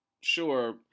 sure